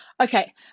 Okay